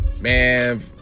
Man